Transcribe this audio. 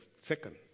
second